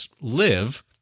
live